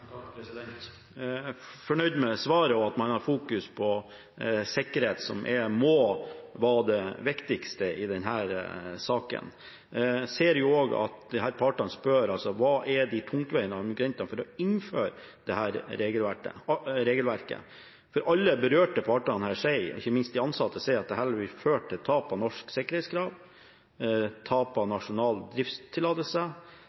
fornøyd med svaret og at man fokuserer på sikkerhet, som må være det viktigste i denne saken. Jeg ser at partene spør om hva de tungtveiende argumentene for å innføre dette regelverket er. Alle de berørte partene, ikke minst de ansatte, sier at dette vil føre til tap av norske sikkerhetskrav og tap av nasjonal driftstillatelse.